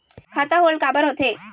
खाता होल्ड काबर होथे?